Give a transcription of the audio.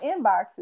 inboxes